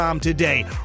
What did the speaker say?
today